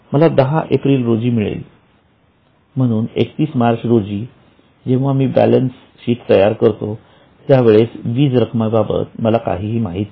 मला ते 10 एप्रिल रोजी मिळेल म्हणून 31 मार्च रोजी जेव्हा मी बॅलन्स तयार करतो त्यावेळेस वीज रकमेबाबत मला काही माहित नाही